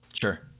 Sure